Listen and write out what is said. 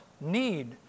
need